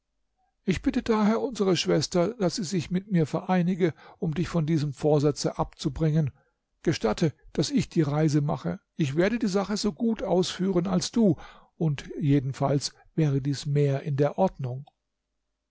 ich bitte daher unsere schwester daß sie sich mit mir vereinige um dich von diesem vorsatze abzubringen gestatte daß ich die reise mache ich werde die sache so gut ausführen als du und jedenfalls wäre dies mehr in der ordnung